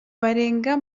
barenga